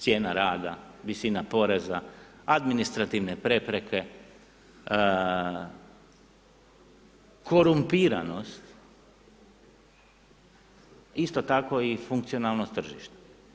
Cijena rada, visina poreza, administrativne prepreke, korumpiranost, isto tako i funkcionalnost tržišta.